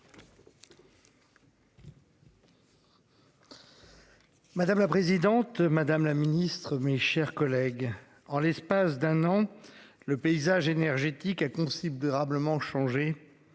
Madame la présidente Madame la Ministre, mes chers collègues, en l'espace d'un an le paysage énergétique a considérablement changé.